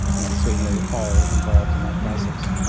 and certainly all involved in that process.